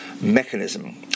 mechanism